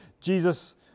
Jesus